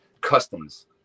customs